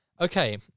Okay